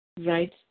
right